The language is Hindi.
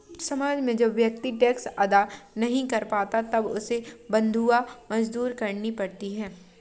समाज में जब व्यक्ति टैक्स अदा नहीं कर पाता था तब उसे बंधुआ मजदूरी करनी पड़ती थी